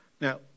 Now